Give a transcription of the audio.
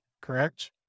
correct